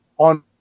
on